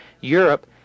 europe